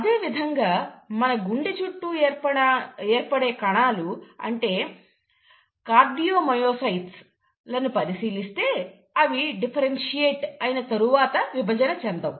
అదేవిధంగా మన గుండె చుట్టూ ఏర్పడే కణాలు అంటే కార్డియోమయోసైట్స్ లను పరిశీలిస్తే అవి డిఫరెన్షియేట్ అయిన తరువాత విభజన చెందవు